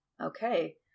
Okay